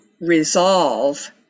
resolve